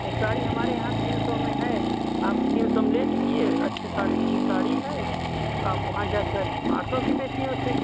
एक साड़ी हमारे यहाँ तीन सौ में है आप तीन सौ में ले जाइए अच्छे साड़ी अच्छी साड़ी है आप वहाँ जाकर आठ सौ की बेचिए उसे